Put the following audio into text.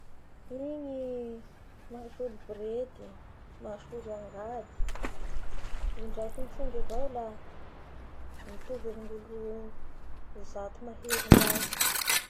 Igny mahasolo borety, mahasolo angady, indraiky mitrongy avao la mitovy amin'ny olo zato mahery miasa.